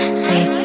sweet